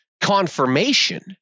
confirmation